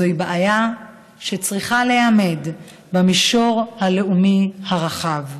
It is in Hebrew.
זוהי בעיה שצריכה להיאמד במישור הלאומי הרחב.